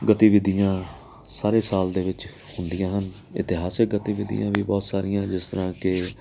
ਗਤੀਵਿਧੀਆਂ ਸਾਰੇ ਸਾਲ ਦੇ ਵਿੱਚ ਹੁੰਦੀਆਂ ਹਨ ਇਤਿਹਾਸਿਕ ਗਤੀਵਿਧੀਆਂ ਵੀ ਬਹੁਤ ਸਾਰੀਆਂ ਜਿਸ ਤਰ੍ਹਾਂ ਕਿ